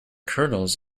kernels